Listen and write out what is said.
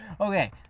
okay